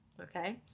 Okay